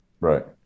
Right